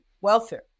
welfare